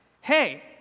hey